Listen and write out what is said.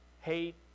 Hate